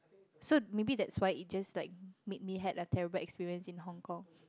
so maybe that's why it just like made me had a terrible experience in Hong-Kong